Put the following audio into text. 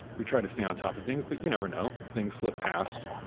we try to stay on top of things, but you never know. things slip past.